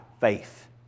faith